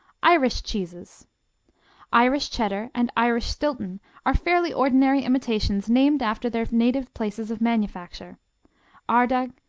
irish cheeses irish cheddar and irish stilton are fairly ordinary imitations named after their native places of manufacture ardagh,